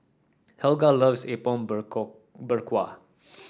Helga loves Apom Berkuah